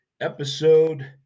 episode